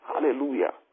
Hallelujah